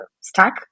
stack